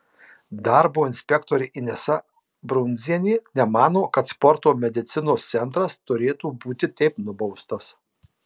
darbo inspektorė inesa brundzienė nemano kad sporto medicinos centras turėtų būti taip nubaustas